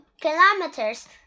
kilometers